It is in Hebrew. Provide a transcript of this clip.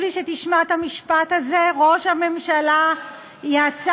חשוב לי שתשמע את המשפט הזה: ראש הממשלה יצא